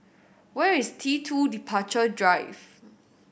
where is T Two Departure Drive